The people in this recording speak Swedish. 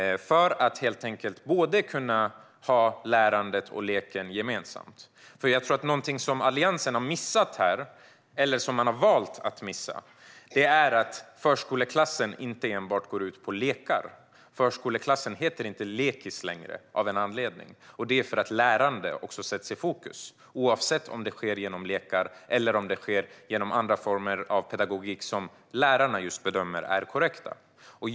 De kan få både lärandet och leken där. Något som Alliansen har missat, eller som den har valt att missa, är att förskoleklassen inte enbart går ut på lekar. Förskoleklass heter inte lekis längre. Och det gör den inte av en anledning, nämligen för att även lärande sätts i fokus. Det kan ske genom lekar eller genom andra former av pedagogik som lärarna bedömer är korrekta.